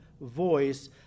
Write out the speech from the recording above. voice